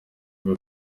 bwo